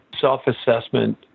self-assessment